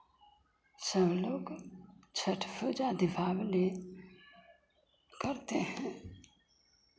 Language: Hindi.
सब लोग छठ पूजा दीपावली करते हैं